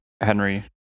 Henry